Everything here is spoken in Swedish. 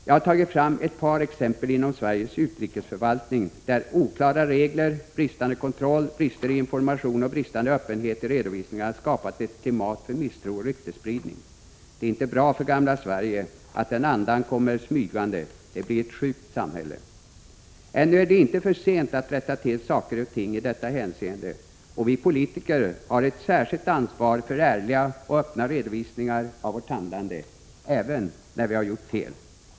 Jag har tagit fram ett par exempel inom Sveriges utrikesförvaltning där oklara regler, bristande kontroll, brister i informationen och bristande öppenhet i redovisningarna skapat ett klimat för misstro och ryktesspridning. Det är inte bra för gamla Sverige att den andan kommer smygande; det blir då ett sjukt samhälle. Ännu är det inte för sent att rätta till saker och ting i detta hänseende, och vi politiker har ett särskilt ansvar för ärliga och öppna redovisningar av vårt handlande, även när vi har gjort fel.